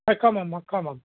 সক্ষম হ'ম সক্ষম হ'ম